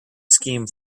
scheme